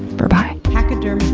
berbye. and